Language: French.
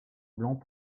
blanc